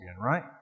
right